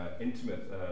intimate